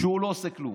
שהוא לא עושה כלום,